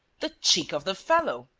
the cheek of the fellow!